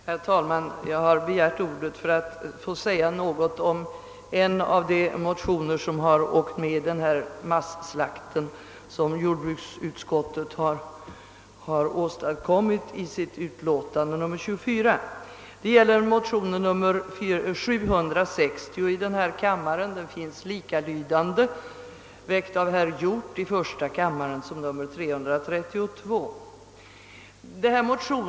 Herr talman! Jag har begärt ordet för att få säga något om en av de motioner som har åkt med i den masslakt som jordbruksutskottet har åstadkommit i sitt utlåtande nr 24. Det gäller motionen nr 760 i denna kammare. En likalydande motion i första kammaren med nr 332 har väckts av herr Hjorth.